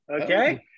okay